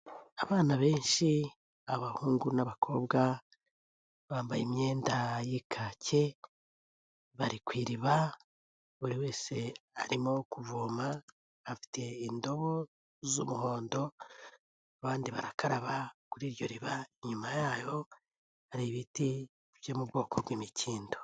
Abana benshi abahungu n'abakobwa bambaye imyenda y'ikake bari ku iriba, buri wese arimo kuvoma afite indobo z'umuhondo abandi barakaraba kuri iryo riba nyuma yaho hari ibiti byo mu bwoko bw'imikindo.